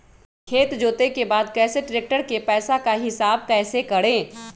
खेत जोते के बाद कैसे ट्रैक्टर के पैसा का हिसाब कैसे करें?